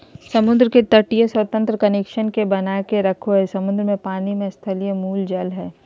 समुद्र के तटीय स्वतंत्र कनेक्शन के बनाके रखो हइ, समुद्र के पानी स्थलीय मूल जल हइ